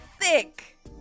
thick